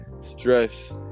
stress